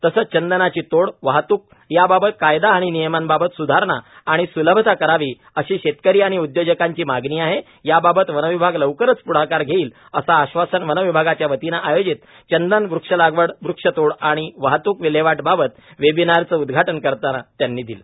तसेच चंदनाची तोड वाहतूक याबाबत कायदा आणि नियमांबाबत स्धारणा आणि स्लभता करावी अशी शेतकरी व उद्योजकांची मागणीआहे याबाबत वन विभाग लवकरच प्ढाकार घेईल असे आश्वासन वनविभागाच्या वतीने आयोजित चंदन वृक्षलागवड वृक्षतोड आणि वाहत्कविल्हेवाट बाबत वेबिनार चे उद्घाटन करताना त्यांनी दिलं